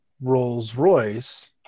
Rolls-Royce